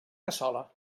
cassola